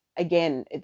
Again